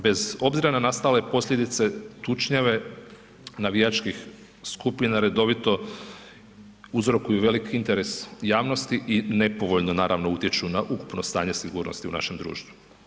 Bez obzira na nastale posljedice tučnjave navijačkih skupina redovito uzrokuju veliki interes javnosti i nepovoljno naravno utječu na ukupno stanje sigurnosti u našem društvu.